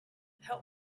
help